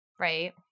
right